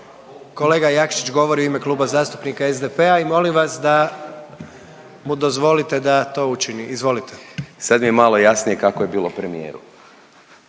Kolega Jakšić govori u ime Kluba zastupnika SDP-a i molim vas da mu dozvolite da to učini. Izvolite. **Jakšić, Mišel (SDP)** Sad mi je malo jasnije kako je bilo premijeru.